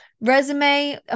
Resume